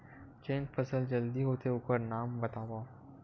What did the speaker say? जेन फसल जल्दी होथे ओखर नाम बतावव?